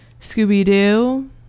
Scooby-Doo